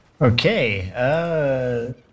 Okay